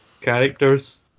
characters